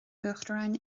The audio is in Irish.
uachtaráin